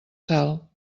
sal